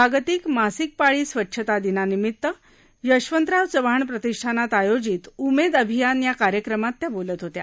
जागतिक मासिक पाळी स्वच्छता दिनानिमित यशवंतराव चव्हाण प्रतिष्ठानात आयोजित उमेद अभियान या कार्यक्रमात त्या बोलत होत्या